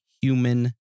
human